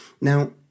Now